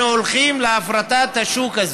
אנחנו הולכים להפרטת השוק הזה.